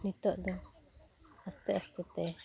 ᱱᱤᱛᱚᱜᱫᱚ ᱟᱥᱛᱮ ᱟᱥᱛᱮᱛᱮ